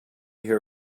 hear